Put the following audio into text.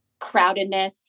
crowdedness